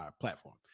platform